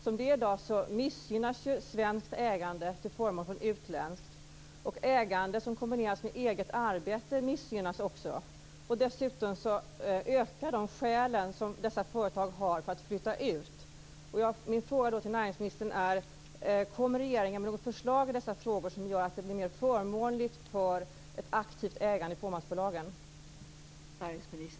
Som det är i dag missgynnas svenskt ägande till förmån för utländskt, och ägande som kombineras med eget arbete missgynnas. Dessutom ökar skälen för dessa företag att flytta ut.